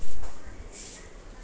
मुकुन्द फरेर खेती शुरू करल छेक